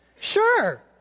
Sure